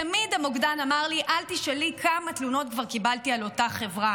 תמיד המוקדן אמר לי: אל תשאלי כמה תלונות כבר קיבלתי על אותה חברה.